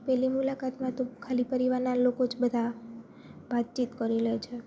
પહેલી મુલાકાતમાં તો ખાલી પરિવારનાં લોકો જ બધા વાતચીત કરી લે છે